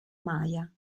maya